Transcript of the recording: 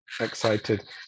excited